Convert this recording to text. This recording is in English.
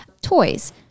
toys